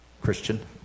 Christian